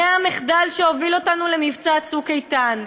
זה המחדל שהוביל אותנו למבצע "צוק איתן",